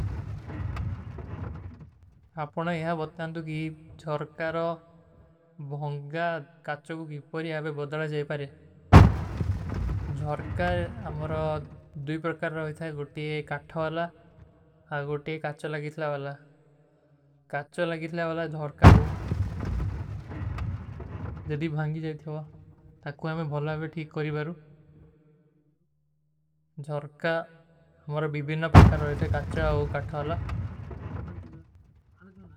ଆପନା ଇହାଂ ବତ୍ତେ ହୈଂ ଥୋ କୀ ଜରକାରୋ ଭଙ୍ଗା କାଚୋ କୋ ଇପରୀ ଆପେ ବଦଲା ଜାଈ ପାରେ। ଜରକାର ଅମରା ଦୂଯ ପରକାର ରହୀ ଥା। ଗୋଟୀ କାଠା ଵାଲା ଆଗୋ ଟେ କାଚୋ ଲାଗୀଥଲା ଵାଲା।